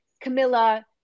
Camilla